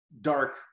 dark